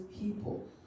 people